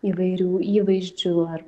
įvairių įvaizdžių ar